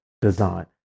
design